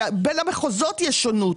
בין המחוזות יש שונות,